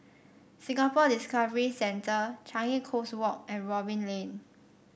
Singapore Discovery Centre Changi Coast Walk and Robin Lane